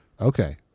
Okay